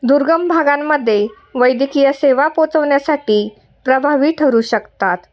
दुर्गम भागांमध्ये वैद्यकीय सेवा पोहोचवण्यासाठी प्रभावी ठरू शकतात